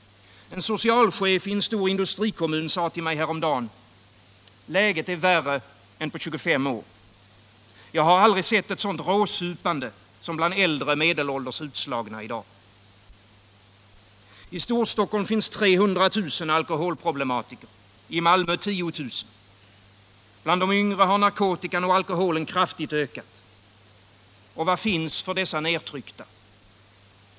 En socialchef i en stor industrikommun sade till mig häromdan: ”Läget är värre än på 25 år. Jag har aldrig sett ett sådant råsupande som bland medelålders utslagna i dag”. I Storstockholm finns 300 000 alkoholproblematiker, i Malmö 10 000. Bland de yngre har narkotikan och alkoholen kraftigt ökat. Och vad finns för dessa nertryckta?